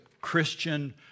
Christian